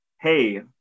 Hey